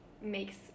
makes